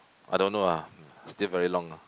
I don't know ah still very long lah